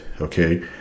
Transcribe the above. okay